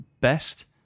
best